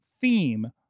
theme